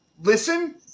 Listen